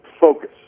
focus